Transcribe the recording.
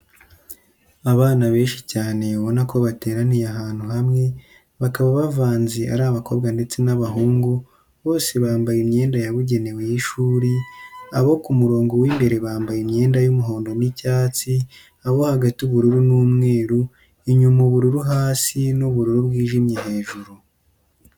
Abana benshi cyane ubona ko bateraniye ahantu hamwe, bakaba bavanze ari abakobwa ndetse n'abahungu, bose bambaye imyenda yabugenewe y'ishuri, abo ku murongo w'imbere bambaye imyenda y'umuhondo n'icyatsi, abo hagati ubururu n'umweru, inyuma ubururu hasi n'ubururu bwijimye hejuru.